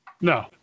No